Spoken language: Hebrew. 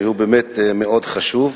שהוא באמת חשוב מאוד.